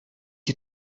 you